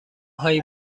هایی